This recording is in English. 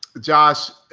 josh,